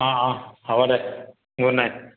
অঁ অঁ হ'ব দে গুড নাইট